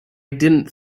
didn’t